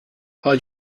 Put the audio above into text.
how